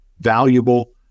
valuable